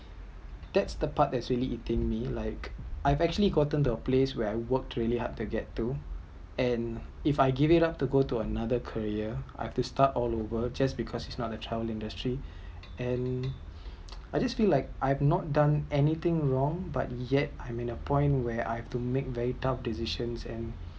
that’s the part that really eating me like I actually gotten to the place where I work truly hard to get to and if I give it up to go to another career I have to start all over just because it is not a child industry and I just feel like I've not done anything wrong but yet I’m in a point where I have to make very tough decision and